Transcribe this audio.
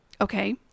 okay